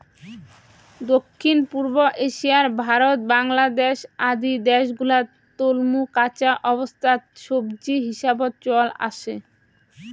দক্ষিণ পুব এশিয়ার ভারত, বাংলাদ্যাশ আদি দ্যাশ গুলাত তলমু কাঁচা অবস্থাত সবজি হিসাবত চল আসে